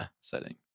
setting